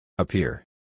Appear